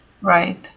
right